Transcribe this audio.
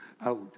out